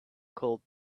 called